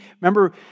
Remember